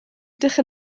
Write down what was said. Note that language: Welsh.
ydych